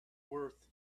worth